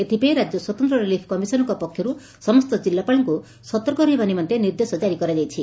ଏଥିପାଇଁ ରାଜ୍ୟ ସ୍ୱତନ୍ତ ରିଲିଫ କମିଶନରଙ୍କ ପକ୍ଷରୁ ସମସ୍ତ ଜିଲ୍ଲାପାଳଙ୍କୁ ସତର୍କ ରହିବା ନିମନ୍ତେ ନିର୍ଦ୍ଦେଶ ଜାରି କରାଯାଇଛି